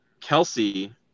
Kelsey